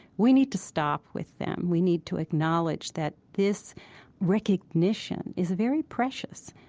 we need to stop with them. we need to acknowledge that this recognition is very precious.